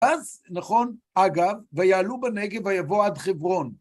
אז, נכון, אגב, ויעלו בנגב ויבואו עד חברון.